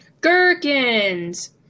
Gherkins